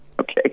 Okay